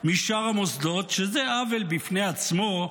משאר המוסדות, שזה עוול בפני עצמו,